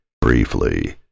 briefly